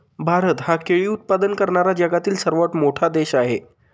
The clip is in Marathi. भारत हा केळी उत्पादन करणारा जगातील सर्वात मोठा देश आहे